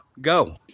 go